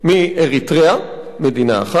מאריתריאה, מדינה אחת,